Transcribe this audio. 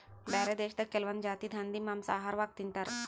ಬ್ಯಾರೆ ದೇಶದಾಗ್ ಕೆಲವೊಂದ್ ಜಾತಿದ್ ಹಂದಿ ಮಾಂಸಾ ಆಹಾರವಾಗ್ ತಿಂತಾರ್